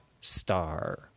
star